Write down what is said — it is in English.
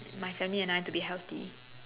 my family and I to be healthy